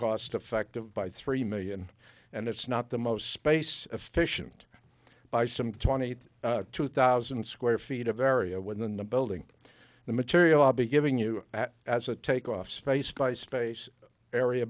cost effective buy three million and it's not the most space efficient by some twenty two thousand square feet of area when the building the material i'll be giving you as a take off space by space area